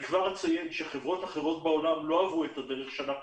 כבר אציין שחברות אחרות בעולם לא עברו את הדרך שאנחנו